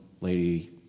lady